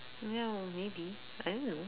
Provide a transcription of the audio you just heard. ya maybe I don't know